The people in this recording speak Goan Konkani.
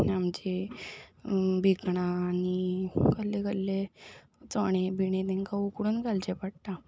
आमचीं बिकणां आनी कसले कसले चणे बिणें तांकां उकडून घालचे पडटा